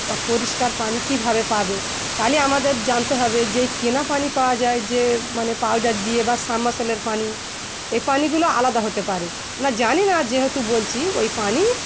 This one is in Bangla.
বা পরিষ্কার পানি কীভাবে পাবে তাহলে আমাদের জানতে হবে যে ওই কেনা পানি পাওয়া যায় যে মানে পাউডার দিয়ে বা পানি এই পানিগুলো আলাদা হতে পারে না জানি না যেহেতু বলছি ওই পানি